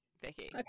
Vicky